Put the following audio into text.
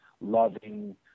loving